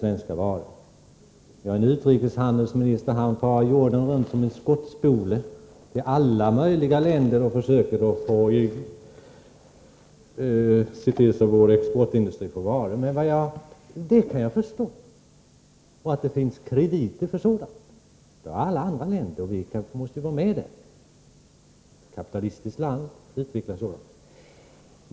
Vi har en utrikeshandelsminister som far jorden runt som en skottspole till alla möjliga länder och försöker se till att vår exportindustri får order. Det kan jag förstå, liksom att det finns krediter för sådant. Det har alla andra länder, och vi måste vara med, eftersom vi är ett kapitalistiskt land.